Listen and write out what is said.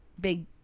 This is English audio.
big